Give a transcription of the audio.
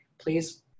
please